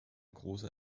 großer